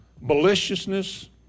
maliciousness